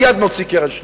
מייד נוציא קרן שנייה.